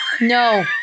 No